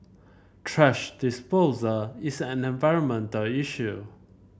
thrash disposal is an environmental issue